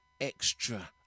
extra